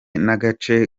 n’agace